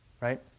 Right